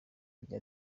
rya